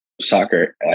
soccer